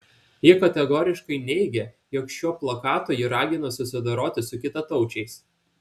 ji kategoriškai neigė jog šiuo plakatu ji ragino susidoroti su kitataučiais